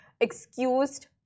excused